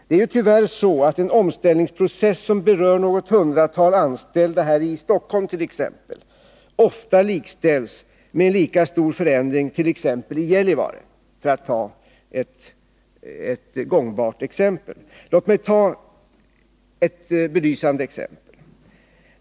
Det är ju tyvärr så att en omställningsprocess som berör 4 något hundratal anställda här i Stockholm ofta likställs med en lika stor förändring i t.ex. Gällivare. Låt mig ta ett belysande exempel.